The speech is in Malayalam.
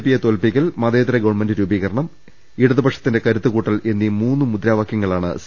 പിയെ തോൽപ്പിക്കൽ മതേതര ഗവൺമെന്റ് രൂപീകരണം ഇടതുപക്ഷത്തിന്റെ കരുത്ത് കൂട്ടൽ എന്നീ മൂന്ന് മുദ്രാവാക്യങ്ങളാണ് സി